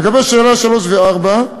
לגבי שאלות 3 ו-4,